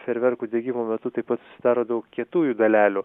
fejerverkų degimo metu taip pat susidaro daug kietųjų dalelių